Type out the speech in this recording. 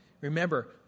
Remember